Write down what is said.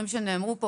הדברים שנאמרו כאן,